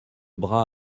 bras